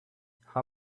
how